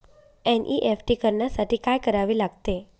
NEFT करण्यासाठी काय करावे लागते?